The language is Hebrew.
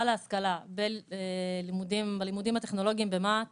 להשכלה בלימודים הטכנולוגיים במה"ט